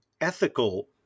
ethical